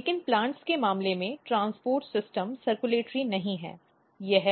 लेकिन प्लांट्स के मामले में ट्रांसपोर्ट सिस्टम सर्कुलेटरी नहीं है यह